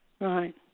Right